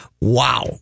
wow